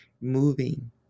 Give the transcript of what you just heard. moving